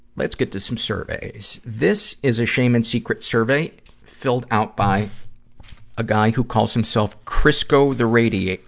let's get to some surveys. this is a shame and secret survey filled out by a guy who calls himself crisco the radio.